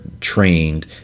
trained